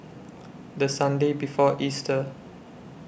The Sunday before Easter